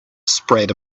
spread